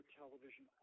television